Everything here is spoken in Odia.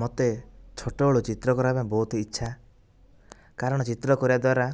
ମୋତେ ଛୋଟବେଳୁ ଚିତ୍ର କରିବା ପାଇଁ ବହୁତ ଇଛା କାରଣ ଚିତ୍ର କରିବା ଦ୍ୱାରା